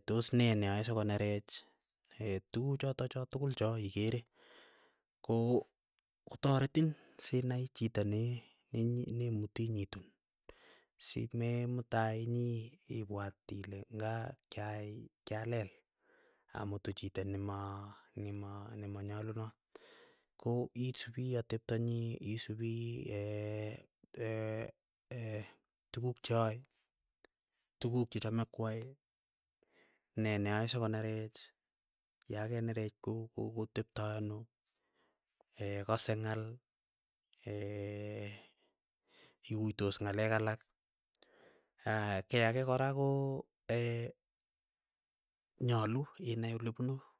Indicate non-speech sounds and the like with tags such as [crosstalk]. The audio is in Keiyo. [hesitation] tos nee neae sikonerech, [hesitation] tukuu choto cho tukul choo ikere. Koo kotaretin sinai chito nee nenyi nemutii nyitun sim. [hesitation] mutai ipwat ile ng'aa kiai kialel, amutu chito nimaa nimaa, nimanyalunot, koo isupii atepto nyii isupii [hesitation] ee tuguk cheaei tuguk chechame kwae, ne neae sikonerech, yakenerech ko ko tepto anoo. [hesitation] kase nga'al [hesitation] iguitoss ng'alek allack, aya kiiy age kora koo [hesitation] nyalu inai olepunu.